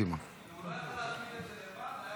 הוא לא יכול היה להצמיד את זה לבד?